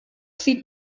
sieht